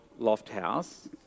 Lofthouse